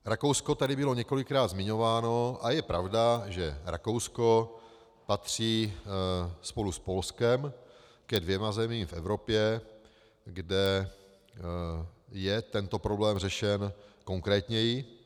Rakousko tady bylo několikrát zmiňováno a je pravda, že Rakousko patří spolu s Polskem ke dvěma zemím v Evropě, kde je tento problém řešen konkrétněji.